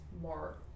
more